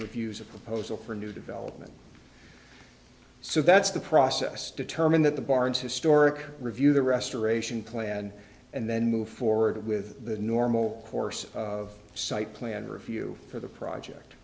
you use a proposal for new development so that's the process determine that the barn's historic review the restoration plan and then move forward with the normal course of site plan review for the project